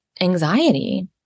anxiety